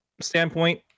standpoint